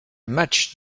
match